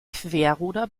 querruder